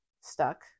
stuck